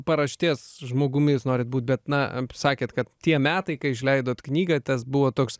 paraštės žmogumi jūs norit būt bet na sakėt kad tie metai kai išleidot knygą tas buvo toks